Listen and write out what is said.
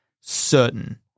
Certain